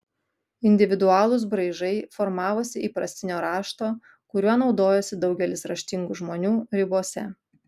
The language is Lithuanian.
individualūs braižai formavosi įprastinio rašto kuriuo naudojosi daugelis raštingų žmonių ribose